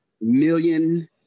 million